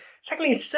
Secondly